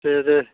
दे दे